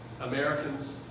Americans